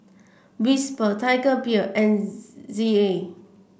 Whisper Tiger Beer and Z Z A